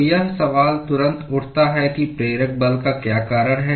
तो यह सवाल तुरंत उठता है कि प्रेरक बल का क्या कारण है